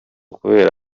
kubera